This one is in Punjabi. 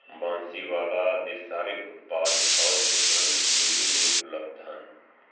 ਬਾਂਸੀਵਾਲਾ ਦੇ ਸਾਰੇ ਉਤਪਾਦ ਦਿਖਾਓ ਜੋ ਤੁਰੰਤ ਡਿਲੀਵਰੀ ਲਈ ਉਪਲਬਧ ਹਨ